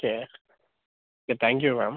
okay okay thank you ma'am